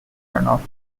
runoff